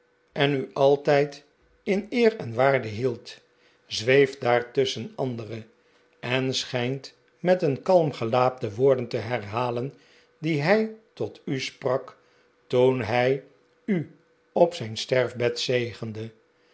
dat u nog liever heeft eer en waarde hield zweeft daar tusschen andere en schijnt met een kalm gelaat de woorden te herhalen die hij tot u sprak toen hij u op zijn sterfbed zegende